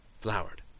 flowered